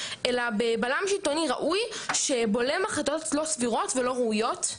אלא בבלם שלטוני ראוי שבולם החלטות לא סבירות ולא ראויות,